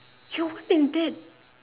you weren't in bed